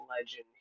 legend